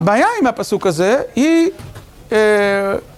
הבעיה עם הפסוק הזה היא